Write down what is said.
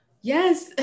Yes